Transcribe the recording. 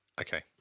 Okay